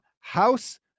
House